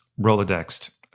rolodexed